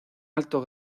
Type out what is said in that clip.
alto